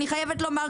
אני חייבת לומר,